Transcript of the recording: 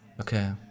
Okay